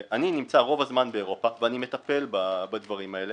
ואני נמצא רוב הזמן באירופה ואני מטפל בדברים האלה